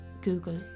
Google